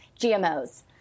GMOs